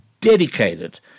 dedicated